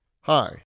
Hi